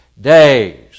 days